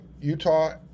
Utah